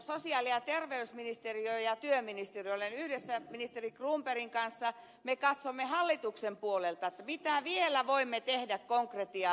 sosiaali ja terveysministeriö ja työministeriö me yhdessä ministeri cronbergin kanssa katsomme hallituksen puolelta mitä vielä voimme tehdä konkretiaa